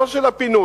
לא של הפינוי,